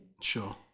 Sure